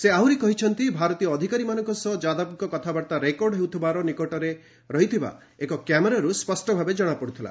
ସେ ଆହୁରି କହିଛନ୍ତି ଭାରତୀୟ ଅଧିକାରୀମାନଙ୍କ ସହ ଯାଦବଙ୍କ କଥାବାର୍ତ୍ତା ରେକର୍ଡ୍ ହେଉଥିବାର ନିକଟରେ ରହିଥିବା ଏକ କ୍ୟାମେରାରୁ ସ୍ୱଷ୍ଟ ଭାବେ ଜଣାପଡ଼ୁଥିଲା